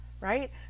right